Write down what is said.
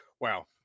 wow